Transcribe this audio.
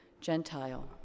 Gentile